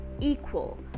equal